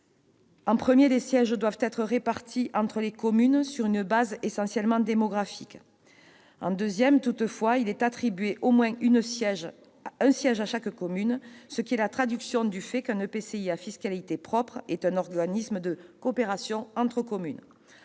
principes : les sièges doivent être répartis entre les communes sur une base essentiellement démographique ; toutefois, il est attribué au moins un siège à chaque commune, ce qui est la traduction du fait qu'un EPCI à fiscalité propre est un organisme de coopération entre communes